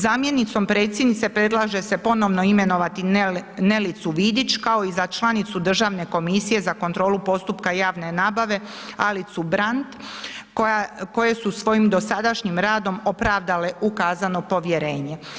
Zamjenicom predsjednice predlaže se ponovno imenovati Nelicu Vidić kao i za članicu Državne komisije za kontrolu postupka javne nabave Alicu Bran koje su svojim dosadašnjim radom opravdale ukazano povjerenje.